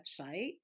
website